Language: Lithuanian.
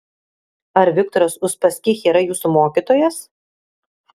ar viktoras uspaskich yra jūsų mokytojas